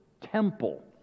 temple